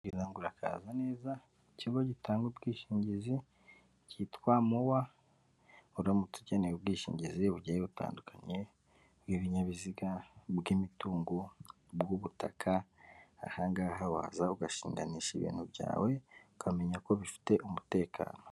Bwira ngo urakaza neza ikigo gitanga ubwishingizi cyitwa Mowa, uramutse ukene ubwishingizi bugiye butandukanye bw'ibinyabiziga, bw'imitungo, bw'ubutaka; ahangaha waza ugashinganisha ibintu byawe ukamenya ko bifite umutekano.